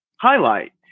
highlight